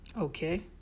Okay